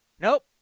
Nope